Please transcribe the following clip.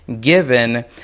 given